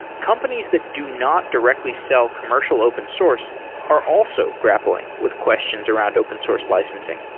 companies that do not directly sell commercial open source are also grappling with questions around open source licensing.